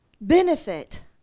benefit